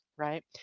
right